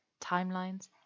timelines